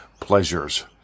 Pleasures